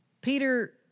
Peter